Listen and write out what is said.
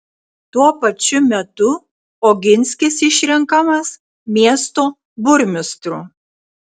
tuo pačiu metu oginskis išrenkamas miesto burmistru